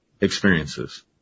experiences